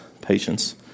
patience